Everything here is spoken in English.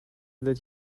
that